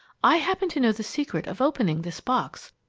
i happen to know the secret of opening this box.